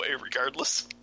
regardless